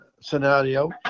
scenario